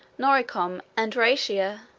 noricum, and rhaetia,